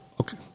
Okay